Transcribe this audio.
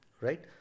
right